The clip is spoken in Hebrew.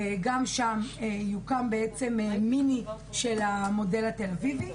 גם שם יוקם בעצם "מיני" של המודל התל אביבי.